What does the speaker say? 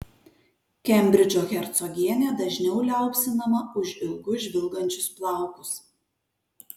kembridžo hercogienė dažniau liaupsinama už ilgus žvilgančius plaukus